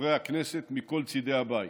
חברי הכנסת מכל צידי הבית.